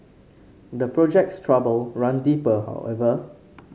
the project's trouble run deeper however